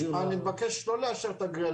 אני מבקש לא לאשר את הגריעה,